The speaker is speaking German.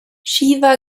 shiva